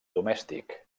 domèstic